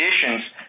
conditions